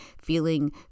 feeling